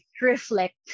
reflect